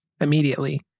immediately